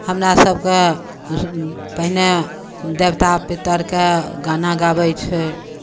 हमरा सभके पहिने देवता पितरके गाना गाबै छै